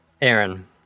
Aaron